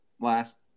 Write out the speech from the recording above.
last